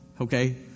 Okay